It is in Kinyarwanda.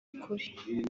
ukuri